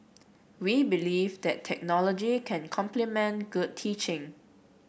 we believe that technology can complement good teaching